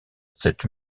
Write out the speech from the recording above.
cette